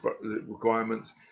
requirements